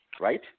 right